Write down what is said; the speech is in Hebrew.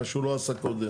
מה שהוא לא עשה קודם.